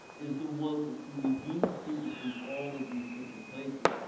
is the one who redeems people from all of these different places,